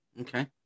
okay